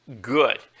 good